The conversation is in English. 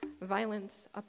violence